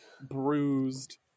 bruised